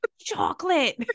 Chocolate